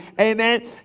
Amen